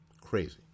crazy